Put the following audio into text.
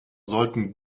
sollten